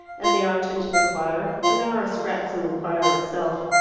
and the arch into the choir, and there are scraps in the choir itself.